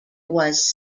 was